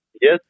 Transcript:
Yes